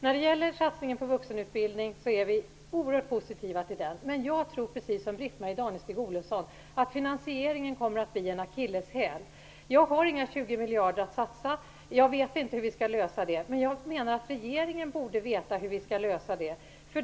När det gäller satsningen på vuxenutbildning är vi oerhört positiva. Men jag tror, precis som Britt-Marie Danestig-Olofsson, att finansieringen kommer att bli en akilleshäl. Jag har inga 20 miljarder att satsa. Jag vet inte hur vi skall lösa detta, men jag menar att regeringen borde veta hur vi skall lösa det.